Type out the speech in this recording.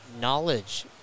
knowledge